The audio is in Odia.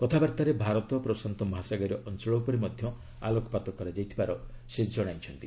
କଥାବାର୍ତ୍ତାରେ ଭାରତ ପ୍ରଶାନ୍ତ ମହାସାଗରୀୟ ଅଞ୍ଚଳ ଉପରେ ମଧ୍ୟ ଆଲୋକପାତ କରାଯାଇଥିବାର ସେ ଜଣାଇଛନ୍ତି